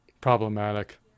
problematic